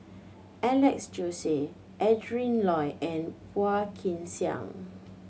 Alex Josey Adrin Loi and Phua Kin Siang